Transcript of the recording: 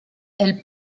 elle